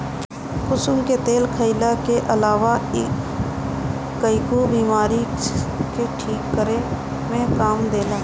कुसुम के तेल खाईला के अलावा कईगो बीमारी के ठीक करे में काम देला